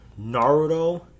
Naruto